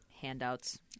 handouts